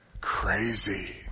Crazy